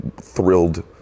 thrilled